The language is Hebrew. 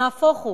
נהפוך הוא,